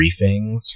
briefings